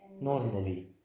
normally